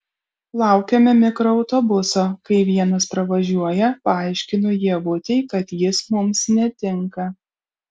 laukiame mikroautobuso kai vienas pravažiuoja paaiškinu ievutei kad jis mums netinka